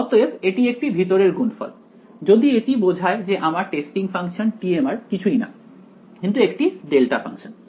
অতএব এটি একটি ভিতরের গুণফল যদি এটি বোঝায় যে আমার টেস্টিং ফাংশন tm কিছুই না কিন্তু একটি ডেল্টা ফাংশন